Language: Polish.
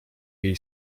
jej